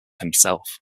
himself